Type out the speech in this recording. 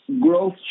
growth